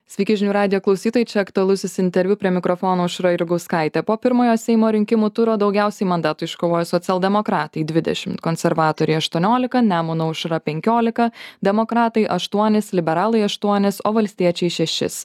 sveiki žinių radijo klausytojai čia aktualusis interviu prie mikrofono aušra jurgauskaitė po pirmojo seimo rinkimų turo daugiausiai mandatų iškovojo socialdemokratai dvidešimt konservatoriai aštuoniolika nemuno aušra penkiolika demokratai aštuonis liberalai aštuonis o valstiečiai šešis